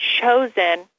chosen